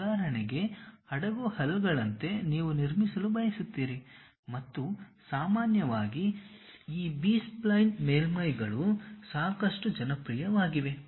ಉದಾಹರಣೆಗೆ ಹಡಗು ಹಲ್ಗಳಂತೆ ನೀವು ನಿರ್ಮಿಸಲು ಬಯಸುತ್ತೀರಿ ಮತ್ತು ಸಾಮಾನ್ಯವಾಗಿ ಈ ಬಿ ಸ್ಪ್ಲೈನ್ ಮೇಲ್ಮೈಗಳು ಸಾಕಷ್ಟು ಜನಪ್ರಿಯವಾಗಿವೆ